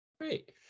Great